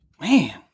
Man